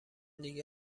دیگه